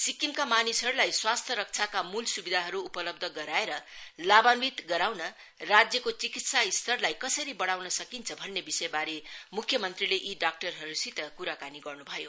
सिक्किमका मानिसहरूलाई स्वास्थ्य रक्षाका मूल स्विधाहरू उपलब्ध गराएर लाभान्वित गराउन राज्यको चिकित्सा स्त्ररलाई कसरी बढ़ाउन सकिन्छ भन्ने विषयबारे मुख्य मंत्रीले यी डाक्टरहरूसित क्राकानी गर्नु भयो